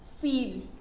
feel